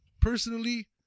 Personally